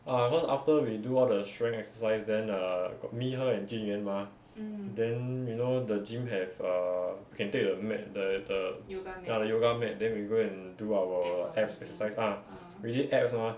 ah cause after we do all the strength exercise then err got me her and jun yuan mah then you know the gym have err can take the mat the the ah yoga mat then we go and do our abs exercise ah we did abs mah